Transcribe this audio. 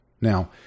Now